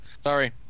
Sorry